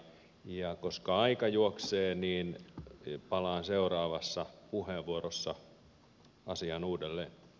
ja koska aika juoksee niin palaan seuraavassa puheenvuorossa asiaan uudelleen